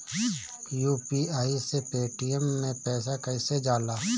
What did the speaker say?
UPI से Paytm मे पैसा कइसे जाला?